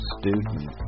student